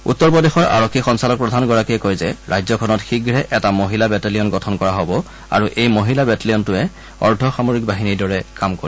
উত্তৰ প্ৰদেশৰ আৰক্ষী সঞ্চালকপ্ৰধানগৰাকীয়ে কয় যে ৰাজ্যখনত শীঘে এটা মহিলা বেটেলিয়ান গঠন কৰা হব আৰু এই মহিলা বেটেলিয়ানটোৱে অৰ্ধ সামৰিক বাহিনীৰ দৰে কাম কৰিব